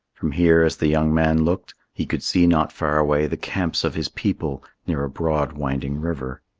from here, as the young man looked, he could see not far away the camps of his people near a broad winding river.